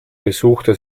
besuchte